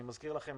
אני מזכיר לכם,